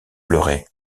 pleuré